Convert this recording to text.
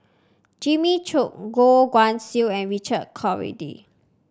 Jimmy Chok Goh Guan Siew and Richard Corridon